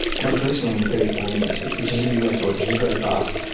most recently in thirty four minutes, which which is a new record, which is very fast.